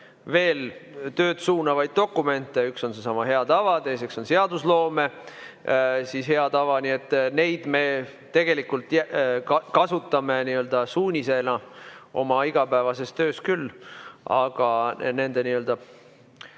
veel tööd suunavaid dokumente. Üks on seesama hea tava, teine on seadusloome hea tava. Neid me tegelikult kasutame suunisena oma igapäevases töös küll, aga nende, kuidas